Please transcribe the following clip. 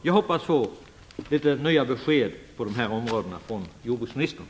Jag hoppas att få nya besked på dessa områden från jordbruksministern.